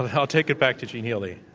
ah i'll take it back to gene healy.